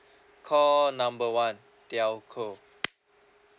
call number one telco